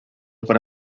para